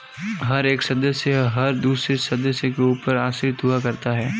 हर एक सदस्य हर दूसरे सदस्य के ऊपर आश्रित हुआ करता है